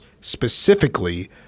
specifically